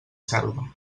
selva